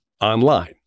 online